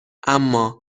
اما